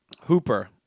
Hooper